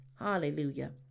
Hallelujah